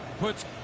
puts